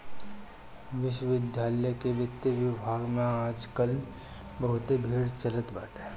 विश्वविद्यालय के वित्त विभाग में आज काल बहुते भीड़ चलत बाटे